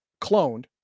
cloned